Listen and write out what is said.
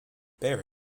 bear